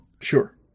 Sure